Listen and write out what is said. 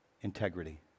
integrity